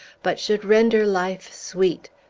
but should render life sweet,